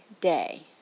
day